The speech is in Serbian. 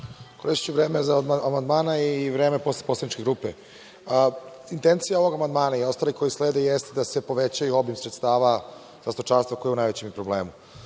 Koristiću vreme za amandmane i vreme posle poslaničke grupe. Intencija ovog amandmana je i ostali koji slede, jeste da se poveća obim sredstava za stočarstvo koje je u najvećem problemu.